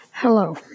Hello